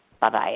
Bye-bye